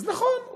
אז נכון,